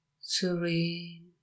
serene